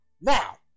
Now